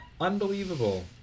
Unbelievable